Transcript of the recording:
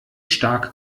stark